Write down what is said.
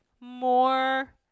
more